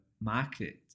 market